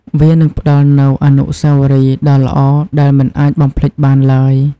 វានឹងផ្តល់នូវអនុស្សាវរីយ៍ដ៏ល្អដែលមិនអាចបំភ្លេចបានឡើយ។